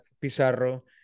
Pizarro